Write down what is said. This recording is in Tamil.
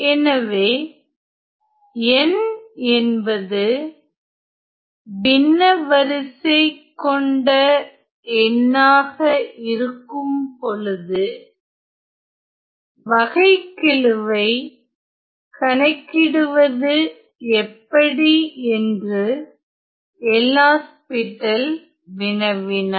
எனவே n என்பது பின்ன வரிசை கொண்ட எண்ணாக இருக்கும் பொழுது வகைக்கெழுவை கணக்கிடுவது எப்படி என்று எல்ஹாஸ்பிடல் LHospital வினவினார்